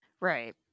Right